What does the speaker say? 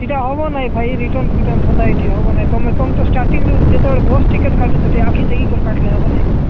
ସେଟା ହେବ ନାଇ ଭାଇ ରିଟର୍ନ ଫିଟର୍ନ ଧନ୍ଦା ଏଠି ହେବ ନାଇ ତୁମେ ତମ ତ ଷ୍ଟାର୍ଟିଙ୍ଗ ଯେତେବେଳେ ବସ୍ ଟିକେଟ କାଟୁଛ ଟିକେ ଆଖି ଦେଇକରି କାଟିଲେ ହେବ ନାଇ କି